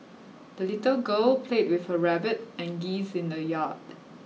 the little girl played with her rabbit and geese in the yard